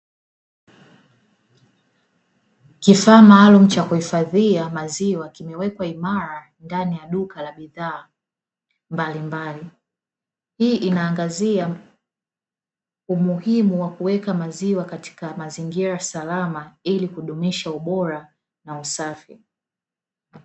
Kifaa maalumu cha kuhifadhia maziwa kimewekwa imara ndani ya duka la bidhaa mbalimbali. Hii inaangazia umuhimu wa kuweka maziwa katika mazingira salama ili kudumisha ubora na usafi.